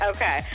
Okay